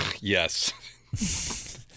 Yes